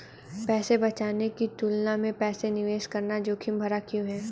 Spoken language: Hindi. पैसा बचाने की तुलना में पैसा निवेश करना जोखिम भरा क्यों है?